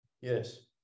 Yes